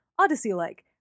Odyssey-like